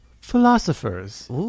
Philosophers